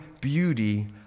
beauty